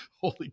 Holy